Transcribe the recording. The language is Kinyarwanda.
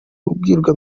abwirwa